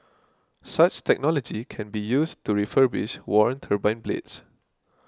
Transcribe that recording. such technology can be used to refurbish worn turbine blades